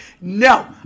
no